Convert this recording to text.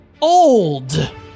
old